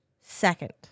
second